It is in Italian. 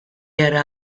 era